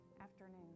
afternoon